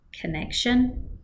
connection